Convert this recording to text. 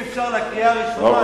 בקריאה ראשונה.